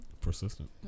Persistent